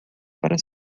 para